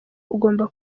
ugomba